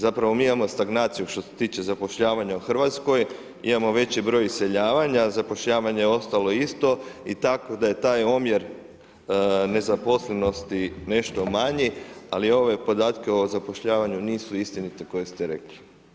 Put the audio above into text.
Zapravo mi imamo stagnaciju što se tiče zapošljavanja u Hrvatskoj, imamo veći broj iseljavanja, zapošljavanje je ostalo isto i tako da je taj omjer nezaposlenosti nešto manji, ali ove podatke o zapošljavanju nisu istinite koje ste rekli.